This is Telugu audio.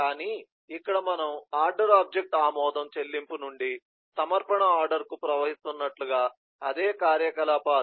కానీ ఇక్కడ మనము ఆర్డర్ ఆబ్జెక్ట్ ఆమోదం చెల్లింపు నుండి సమర్పణ ఆర్డర్కు ప్రవహిస్తున్నట్లుగా అదే కార్యకలాపాలు